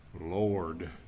Lord